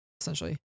essentially